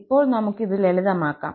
ഇപ്പോൾ നമുക്ക് ഇത് ലളിതമാക്കാം